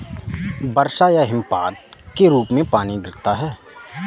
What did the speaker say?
वर्षा या हिमपात के रूप में पानी गिरता है